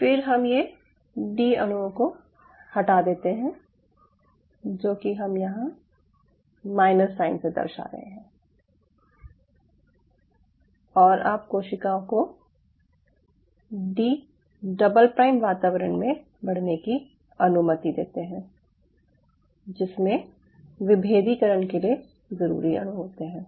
फिर हम ये डी अणुओं को हटा देते हैं जो कि हम यहाँ माइनस साइन से दर्शा रहे हैं और आप कोशिकाओं को डी डबल प्राइम वातावरण में बढ़ने की अनुमति देते हैं जिसमें विभेदीकरण के लिए ज़रूरी अणु होते हैं